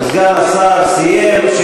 סגן השר סיים.